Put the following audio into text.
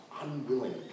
unwilling